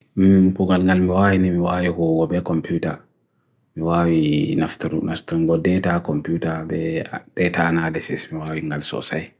mumm pungal n'al m'wae n'i m'wae hw ope komputer, m'wae n'aftarut naastungo data komputer be data analysis m'wae n'al sosai.